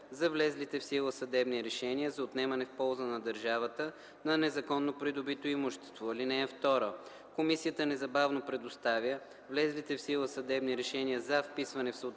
за влезлите в сила съдебни решения за отнемане в полза на държавата на незаконно придобито имущество. (2) Комисията незабавно предоставя влезлите в сила съдебни решения за вписване в съответните